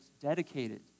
dedicated